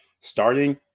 starting